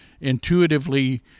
intuitively